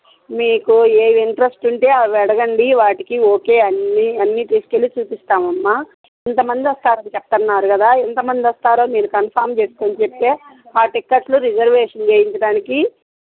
మీకు ఏ ఇంట్రెస్ట్ ఉంటే అవి అడగండి వాటికి ఓకే అన్నీ అన్నీ తీసుకువెళ్ళి చూపిస్తామమ్మా ఇంత మంది వస్తారు అని చెప్తున్నారు కదా ఎంత మంది వస్తారో మీరు కన్ఫామ్ చేసుకుని చెప్తే ఆ టిక్కెట్లు రిజర్వేషన్ చేయించడానికి